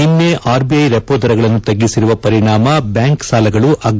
ನಿನ್ನೆ RBI repo ದರಗಳನ್ನು ತಗ್ಗಿಸುವ ಪರಿಣಾಮ ಬ್ಯಾಂಕ್ ಸಾಲಗಳು ಅಗ್ಗ